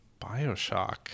Bioshock